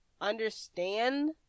understand